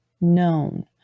known